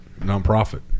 Nonprofit